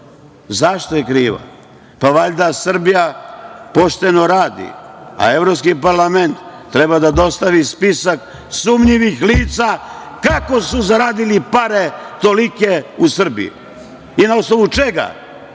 Zašto je kriva? Pa valjda Srbija pošteno radi, a evropski parlament treba da dostavi spisak sumnjivih lica kako su zaradili tolike pare u Srbiji i na osnovu čega?